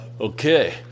Okay